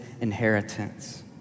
inheritance